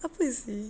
apa seh